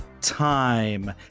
time